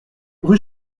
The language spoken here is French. rue